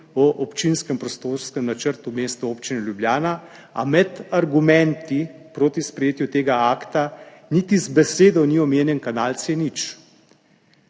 o občinskem prostorskem načrtu Mestne občine Ljubljana, a med argumenti proti sprejetju tega akta niti z besedo ni omenjen kanal C0.